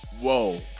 Whoa